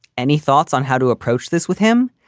any thoughts on how to approach this with him?